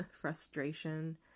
frustration